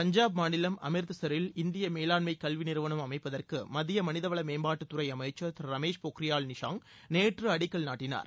பஞ்சாப் மாநிலம் அம்ரித்சரில் இந்திய மேலாண்மை கல்வி நிறுவனம் அமைப்பதற்கு மத்திய மனித மேம்பாட்டுத்துறை வள அமைச்சர் திரு ரமேஷ் போக்ரியால் நிஷாங்க் நேற்று அடிக்கல் நாட்டினார்